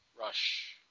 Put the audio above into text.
Rush